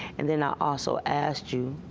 and then i also asked you,